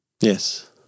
Yes